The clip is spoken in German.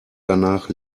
danach